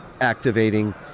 activating